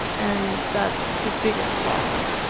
and that's his biggest problem.